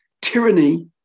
Tyranny